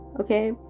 okay